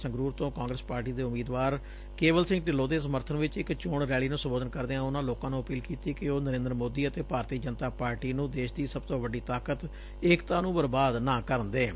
ਸੰਗਰੁਰ ਤੋਂ ਕਾਂਗਰਸ ਪਾਰਟੀ ਦੇ ਉਮੀਦਵਾਰ ਕੇਵਲ ਸਿੰਘ ਢਿੱਲੋਂ ਦੇ ਸਮਰਬਨ ਵਿਚ ਇਕ ਚੋਣ ਰੈਲੀ ਨੂੰ ਸੰਬੋਧਨ ਕਰਦਿਆਂ ਉਨੂਾ ਲੋਕਾਂ ਨੂੰ ਅਪੀਲ ਕੀਤੀ ਕਿ ਉਹ ਨਰੇਦਰ ਮੋਦੀ ਅਤੇ ਭਾਰਤੀ ਜਨਤਾ ਪਾਰਟੀ ਨੂੰ ਦੇਸ਼ ਦੀ ਸਭ ਤੋ' ਵੱਡੀ ਤਾਕਤ ਏਕਤਾ ਨੂੰ ਬਰਬਾਦ ਨਾ ਕਰਨ ਦੇਣ